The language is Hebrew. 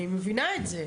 אני מבינה את זה,